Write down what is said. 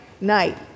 night